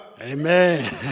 Amen